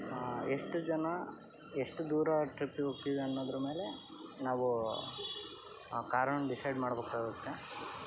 ಎಷ್ಟು ಜನ ಎಷ್ಟು ದೂರ ಟ್ರಿಪ್ಪಿಗೆ ಹೋಗ್ತೀವಿ ಅನ್ನೋದ್ರ್ಮೇಲೆ ನಾವು ಆ ಕಾರನ್ನು ಡಿಸೈಡ್ ಮಾಡಬೇಕಾಗುತ್ತೆ